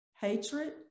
hatred